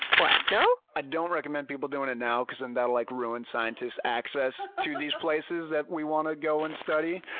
what, no? i don't recommend people doing it now because then and that'll like ruin scientists' access to these places that we want to go and study.